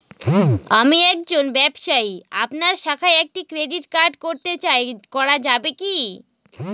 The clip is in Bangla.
আমি একজন ব্যবসায়ী আপনার শাখায় একটি ক্রেডিট কার্ড করতে চাই করা যাবে কি?